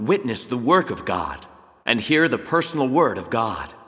witness the work of god and hear the personal word of god